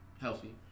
healthy